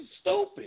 stupid